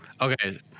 Okay